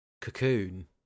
Cocoon